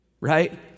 right